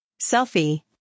Selfie